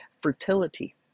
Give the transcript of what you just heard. fertility